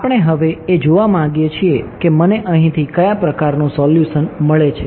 આપણે હવે એ જોવા માંગીએ છીએ કે મને અહીંથી કયા પ્રકારનું સોલ્યુશન મળે છે